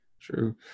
True